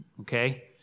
okay